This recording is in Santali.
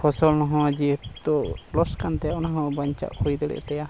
ᱯᱷᱚᱥᱚᱞ ᱦᱚᱸ ᱡᱮᱦᱮᱛᱩ ᱞᱚᱥ ᱠᱟᱱ ᱛᱟᱭᱟ ᱚᱱᱟ ᱦᱚᱸ ᱵᱟᱧᱪᱟᱜ ᱦᱩᱭ ᱫᱟᱲᱮᱭᱟᱜ ᱛᱟᱭᱟ